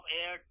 air